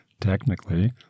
technically